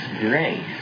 grace